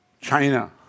China